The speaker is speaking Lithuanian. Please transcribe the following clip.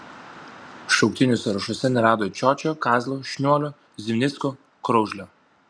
šauktinių sąrašuose nerado čiočio kazlo šniuolio zimnicko kraužlio